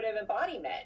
embodiment